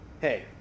Hey